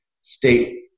state